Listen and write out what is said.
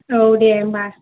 औ दे होम्बा